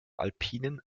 alpinen